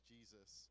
Jesus